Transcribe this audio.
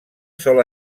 sol